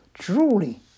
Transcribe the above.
Truly